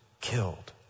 killed